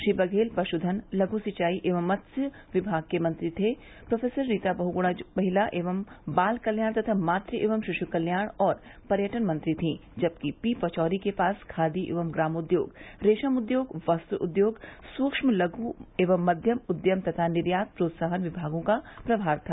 श्री बघेल पशुधन लघू सिंचाई एवं मत्स्य विमाग के मंत्री थे प्रो रीता बहुगुणा महिला एवं बाल कल्याण तथा मातृ एवं शिष्ठ कल्याण और पर्यटन मंत्री थीं जबकि श्री पचौरी के पास खादी एवं ग्रमोद्योग रेशम उद्योग वस्त्र उद्योग सूक्ष्म लघु एवं मध्यम उद्यम एवं निर्यात प्रोत्साहन विभागों का प्रमार था